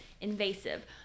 invasive